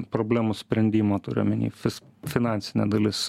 problemų sprendimo turiu omeny fis finansinė dalis